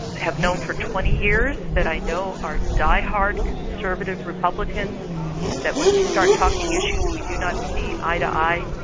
have known for twenty years that i know are die-hard conservative republicans that when we start talking issues, we do not see eye to eye,